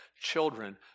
children